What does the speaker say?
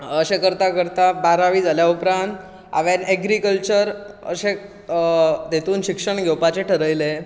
अशें करतां करतां बारावी जाल्या उपरांत हांवें ऍग्रीकल्चर अशें तेतूंत शिक्षण घेवपाचें थारायलें